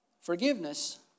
forgiveness